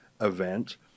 event